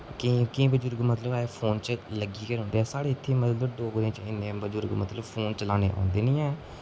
केईं केईं बजुर्ग मतलब फोन च लग्गी गै रौंह्दे ऐ साढ़े इत्थें मतलब डोगरें च इन्ने बजुर्ग मतलब फोन चलाने आंदे निं ऐ